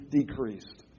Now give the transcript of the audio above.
decreased